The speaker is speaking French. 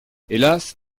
hélas